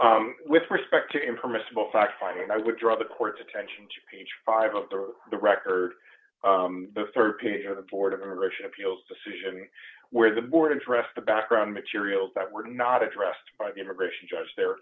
law with respect to impermissible fact finding and i would draw the court's attention to page five of the for the record the rd page or the board of immigration appeals decision where the board addressed the background materials that were not addressed by the immigration judge there